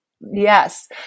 Yes